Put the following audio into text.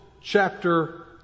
chapter